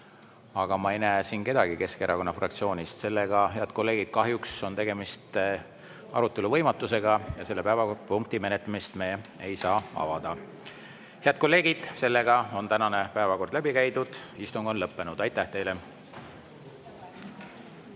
aga ma ei näe siin kedagi Keskerakonna fraktsioonist. Head kolleegid, kahjuks on tegemist arutelu võimatusega ja selle päevakorrapunkti menetlemist me avada ei saa. Head kolleegid, tänane päevakord on läbi käidud. Istung on lõppenud. Aitäh teile!